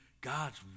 God's